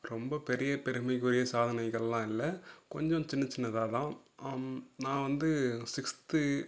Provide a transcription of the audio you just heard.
ரொம்ப பெரிய பெருமைக்குரிய சாதனைகள்லாம் இல்லை கொஞ்சம் சின்னச் சின்னதாக தான் நான் வந்து சிக்ஸ்த்து